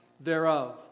thereof